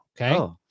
Okay